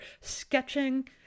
sketching